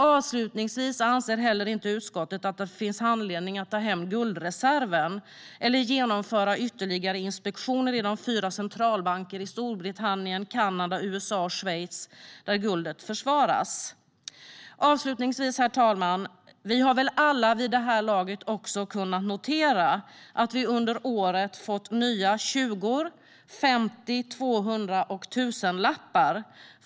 Avslutningsvis anser utskottet inte heller att det finns anledning att ta hem guldreserven eller genomföra ytterligare inspektioner i de fyra centralbanker i Storbritannien, Kanada, USA och Schweiz där guldet förvaras. Herr talman! Vi har väl alla vid det här laget kunnat notera att vi under året har fått nya tjugor, femtiolappar, tvåhundralappar och tusenlappar.